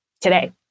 today